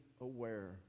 aware